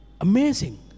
amazing